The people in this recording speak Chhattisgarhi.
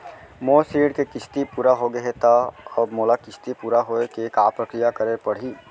मोर ऋण के किस्ती पूरा होगे हे ता अब मोला किस्ती पूरा होए के का प्रक्रिया करे पड़ही?